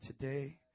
today